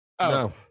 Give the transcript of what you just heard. No